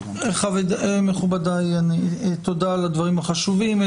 מכובדיי, תודה על הדברים החשובים.